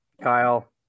Kyle